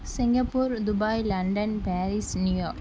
Singapore Dubai London Paris New York